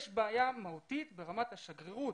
יש בעיה מהותית ברמת השגרירות